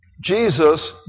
Jesus